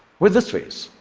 with this face.